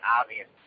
obvious